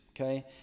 okay